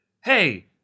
Hey